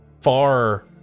far